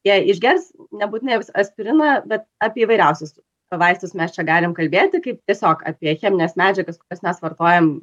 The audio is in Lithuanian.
jie išgers nebūtinai aspiriną bet apie įvairiausius vaistus mes čia galim kalbėti kaip tiesiog apie chemines medžiagas kurias mes vartojam